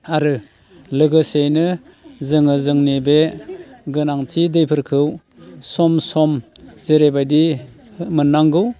आरो लोगोसेनो जोङो जोंनि बे गोनांथि दैफोरखौ सम सम जेरैबायदि मोननांगौ